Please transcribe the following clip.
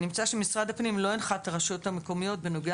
נמצא שמשרד הפנים לא הנחה את הרשויות המקומיות בנוגע